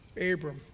Abram